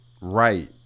Right